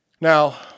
Now